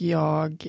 jag